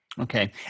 Okay